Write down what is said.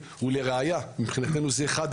גם בהיבט העירוני.